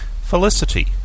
Felicity